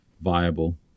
viable